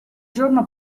giorno